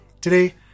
today